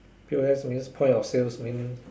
P_O_S means point of sales mean